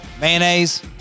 mayonnaise